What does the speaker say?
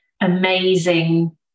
amazing